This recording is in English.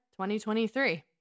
2023